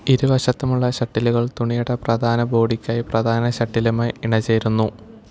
ഇരുവശത്തുമുള്ള ഷട്ടിലുകൾ തുണിയുടെ പ്രധാന ബോഡിക്കായി പ്രധാന ഷട്ടിലുമായി ഇണ ചേരുന്നു